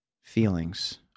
feelings